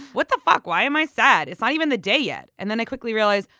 what the f? ah why am i sad? it's not even the day yet. and then i quickly realize,